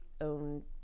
own